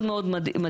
מאוד מאוד מדאיג.